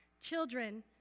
Children